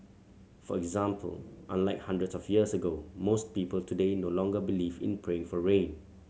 for example unlike hundreds of years ago most people today no longer believe in praying for rain